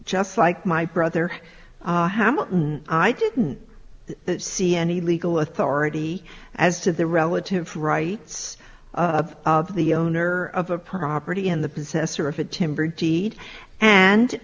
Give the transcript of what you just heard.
just like my brother hamilton i didn't see any legal authority as to the relative rights of the owner of a property in the possessor of a timber deed and